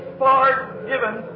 forgiven